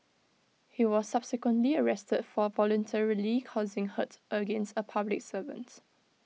he was subsequently arrested for voluntarily causing hurt against A public servants